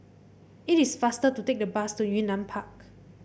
it is faster to take the bus to Yunnan Park